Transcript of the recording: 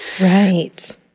Right